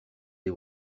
les